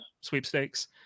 sweepstakes